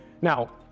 Now